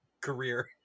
career